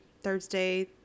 Thursday